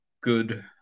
good